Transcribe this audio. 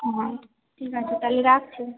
হ্যাঁ ঠিক আছে তাহলে রাখছি